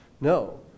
No